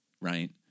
right